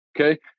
okay